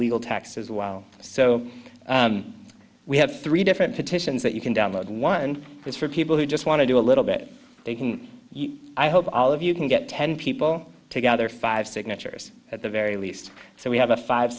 legal tax as well so we have three different petitions that you can download one is for people who just want to do a little bit they can i hope all of you can get ten people together five signatures at the very least so we have a five